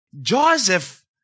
Joseph